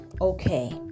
okay